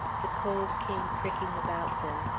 the cold came pricking about them,